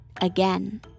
again